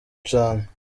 cane